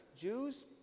Jews